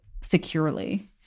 securely